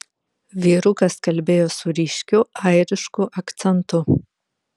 vyrukas kalbėjo su ryškiu airišku akcentu